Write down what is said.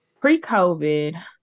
Pre-COVID